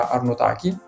Arnotaki